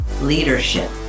leadership